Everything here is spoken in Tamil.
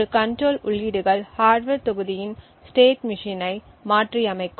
ஒரு கண்ட்ரோல் உள்ளீடுகள் ஹார்ட்வர் தொகுதியின் ஸ்டேட் மெஷின் ஐ மாற்றியமைக்கும்